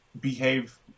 behave